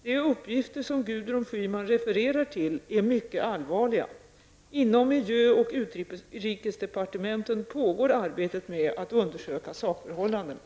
De uppgifter som Gudrun Schyman refererar till är mycket allvarliga. Inom miljö och utrikesdepartementen pågår arbetet med att undersöka sakförhållandena.